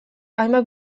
hainbat